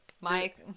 mike